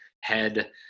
head